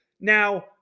Now